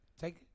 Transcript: Take